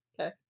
Okay